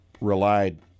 relied